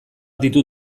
ditu